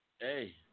Hey